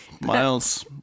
Miles